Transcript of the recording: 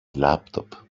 laptop